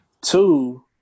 Two